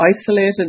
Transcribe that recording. isolated